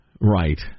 right